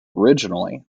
originally